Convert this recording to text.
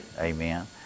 Amen